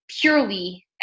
purely